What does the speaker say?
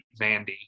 Vandy